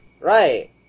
Right